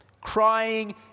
Crying